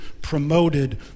promoted